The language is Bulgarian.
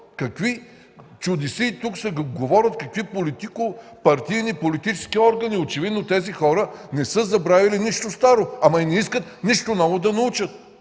Какви чудесии тук се говорят? Какви политико- партийни, политически органи? Очевидно тези хора не са забравили нищо старо! Ама и не искат нищо ново да научат!